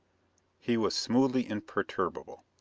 he was smoothly imperturbable.